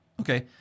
okay